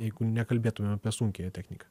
jeigu nekalbėtumėm apie sunkiąją techniką